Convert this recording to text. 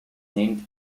named